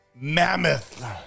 Mammoth